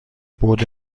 بُعد